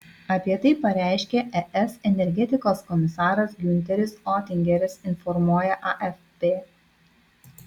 apie tai pareiškė es energetikos komisaras giunteris otingeris informuoja afp